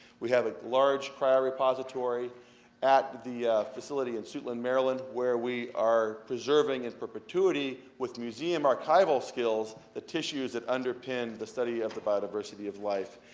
we have a large prior repository at the facility in suitland, maryland, where we are preserving, in perpetuity, with museum archival skills, the tissues that underpin the study of the biodiversity of life.